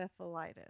encephalitis